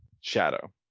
shadow